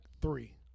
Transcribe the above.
three